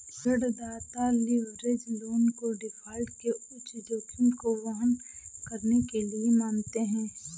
ऋणदाता leverage loan को default के उच्च जोखिम को वहन करने के लिए मानते हैं